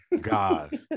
god